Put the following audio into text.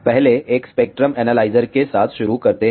पहले एक spectrum analyser के साथ शुरू करते हैं